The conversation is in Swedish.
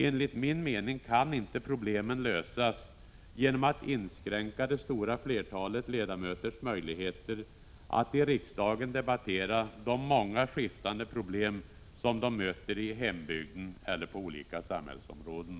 Enligt min mening kan inte problemen lösas genom att man inskränker det stora flertalet ledamöters möjligheter att i riksdagen debattera de många skiftande problem som de möter i hembygden eller på olika samhällsområden.